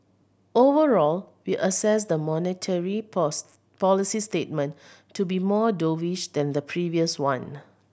overall we assess the monetary policy statement to be more dovish than the previous one